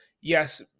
yes